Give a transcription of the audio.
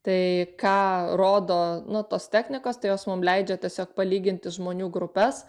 tai ką rodo nu tos technikos tai jos mum leidžia tiesiog palyginti žmonių grupes